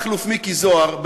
מכלוף מיקי זוהר,